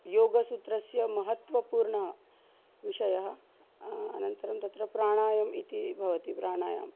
योगसूत्रस्य महत्वपूर्णः विषयः अनन्तरं तत्र प्राणायामः इति भवति प्राणायामः